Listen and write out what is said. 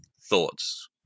thoughts